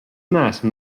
neesmu